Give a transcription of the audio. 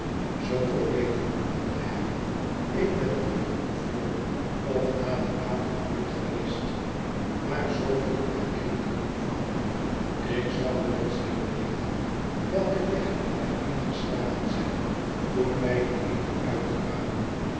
zooveel weet ik mompelde hij ik ben hier vr of na dien avond nooit geweest maar zooveel herken ik er nog van ik zou wel eens willen weten welken weg wij ingeslagen zijn toen wij dien winkel uitkwamen